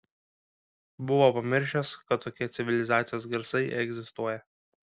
buvo pamiršęs kad tokie civilizacijos garsai egzistuoja